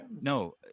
no